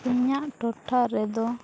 ᱤᱧᱟᱹᱜ ᱴᱚᱴᱷᱟ ᱨᱮᱫᱚ